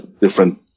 different